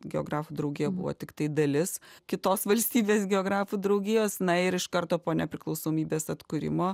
geografų draugija buvo tiktai dalis kitos valstybės geografų draugijos na ir iš karto po nepriklausomybės atkūrimo